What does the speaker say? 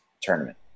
tournament